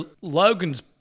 Logan's